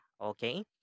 okay